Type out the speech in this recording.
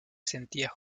sentía